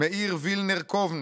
מאיר וילנר-קובנר,